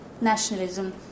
nationalism